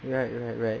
right right right